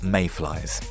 Mayflies